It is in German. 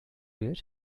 wird